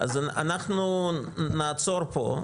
אנחנו נעצור פה.